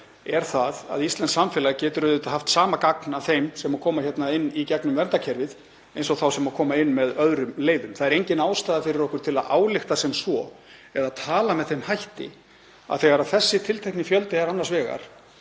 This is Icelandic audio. er að íslenskt samfélag getur auðvitað haft sama gagn af þeim sem koma inn í gegnum verndarkerfið og þeim sem koma inn með öðrum leiðum. Það er engin ástæða fyrir okkur til að álykta sem svo eða tala með þeim hætti að þegar þessi tiltekni fjöldi er annars vegar